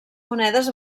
monedes